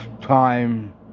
time